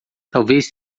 talvez